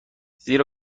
زیرا